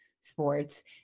sports